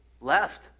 left